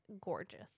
gorgeous